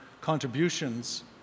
contributions